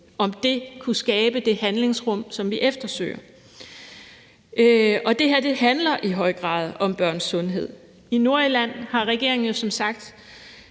om det kunne skabe det handlerum, som vi eftersøger. Det her handler i høj grad om børns sundhed. I Nordirland har regeringen som sagt